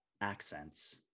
Accents